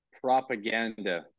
propaganda